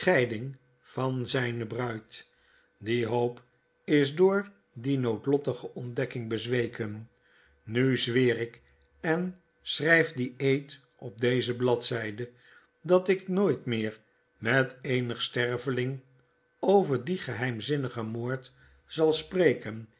van zyne bruid die hoop is door die noodlottige ontdekking bezweken nu zweer ik en schryf dien eed op deze bladzyde dat ik nooit meer met eenig sterveling over dien geheimzinnigen moord zal spreken